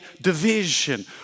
division